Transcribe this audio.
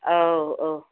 औ औ